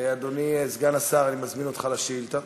אדוני סגן השר, אני מזמין אותך לשאילתה.